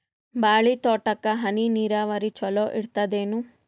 ಬಾಳಿ ತೋಟಕ್ಕ ಹನಿ ನೀರಾವರಿ ಚಲೋ ಇರತದೇನು?